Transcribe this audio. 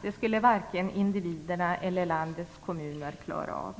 Det skulle varken individerna eller landets kommuner klara av.